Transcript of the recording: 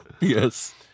Yes